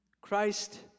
Christ